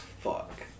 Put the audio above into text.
fuck